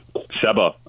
Seba